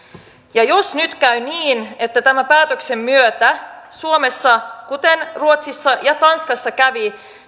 jos nyt käy niin että tämän päätöksen myötä suomessa kuten ruotsissa ja tanskassa kävi